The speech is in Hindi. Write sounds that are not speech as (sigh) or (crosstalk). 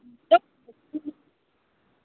जो (unintelligible)